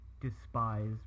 despise